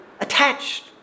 attached